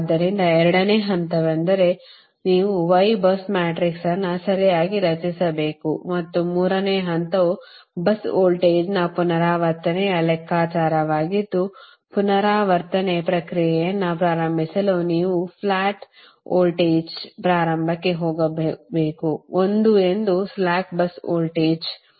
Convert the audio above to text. ಆದ್ದರಿಂದ ಎರಡನೇ ಹಂತವೆಂದರೆ ನೀವು ವೈ bus ಮ್ಯಾಟ್ರಿಕ್ಸ್ ಅನ್ನು ಸರಿಯಾಗಿ ರಚಿಸಬೇಕು ಮತ್ತು ಮೂರನೇ ಹಂತವು bus ವೋಲ್ಟೇಜ್ನ ಪುನರಾವರ್ತನೆಯ ಲೆಕ್ಕಾಚಾರವಾಗಿದ್ದು ಪುನರಾವರ್ತನೆ ಪ್ರಕ್ರಿಯೆಯನ್ನು ಪ್ರಾರಂಭಿಸಲು ನೀವು ಫ್ಲಾಟ್ ವೋಲ್ಟೇಜ್ ಪ್ರಾರಂಭಕ್ಕೆ ಹೋಗಬೇಕು 1 ಎಂದು ಸ್ಲಾಕ್ bus ವೋಲ್ಟೇಜ್ ನೀಡಲಾಗಿದೆ 1 j 0